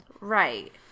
right